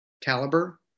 caliber